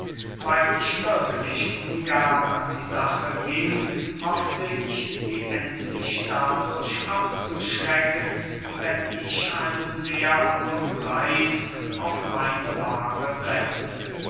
weil ich wirklich ungern an die sache ging hoffte ich sie endlich dadurch abzuschrecken wenn ich einen sehr hohen preis auf meine waare setzte